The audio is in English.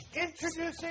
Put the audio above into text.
Introducing